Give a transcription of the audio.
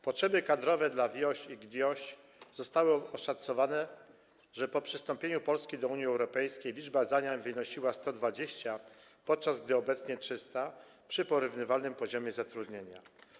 Potrzeby kadrowe dla WIOŚ i GIOŚ zostały oszacowane, gdy po przystąpieniu Polski do Unii Europejskiej liczba zadań wynosiła 120, podczas gdy obecnie jest ich 300 przy porównywalnym poziomie zatrudnienia.